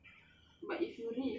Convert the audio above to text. ya lah then how to bribe